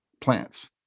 plants